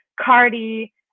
Cardi